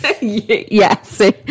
Yes